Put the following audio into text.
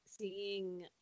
seeing